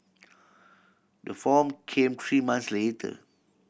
the form came three months later